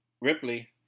Ripley